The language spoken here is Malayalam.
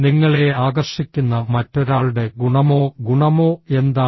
നിങ്ങളെ ആകർഷിക്കുന്ന മറ്റൊരാളുടെ ഗുണമോ ഗുണമോ എന്താണ്